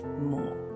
more